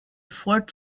fort